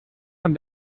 von